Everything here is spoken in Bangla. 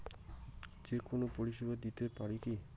যে কোনো পরিষেবা দিতে পারি কি?